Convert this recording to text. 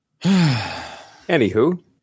Anywho